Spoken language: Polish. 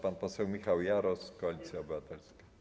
Pan poseł Michał Jaros, Koalicja Obywatelska.